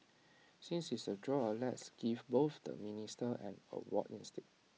since it's A draw let's give both the ministers an award instead